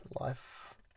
life